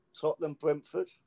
Tottenham-Brentford